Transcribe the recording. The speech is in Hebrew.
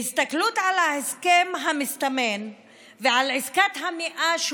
בהסתכלות על ההסכם המסתמן ועל עסקת המאה,